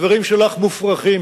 הדברים שלך מופרכים,